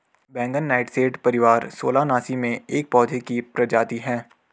बैंगन नाइटशेड परिवार सोलानेसी में एक पौधे की प्रजाति है